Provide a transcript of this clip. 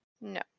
No